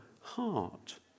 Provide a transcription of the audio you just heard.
heart